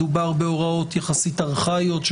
מדובר בהוראות יחסית ארכאיות,